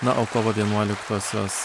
na o kovo vienuoliktosios